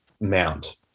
Mount